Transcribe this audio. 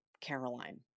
Caroline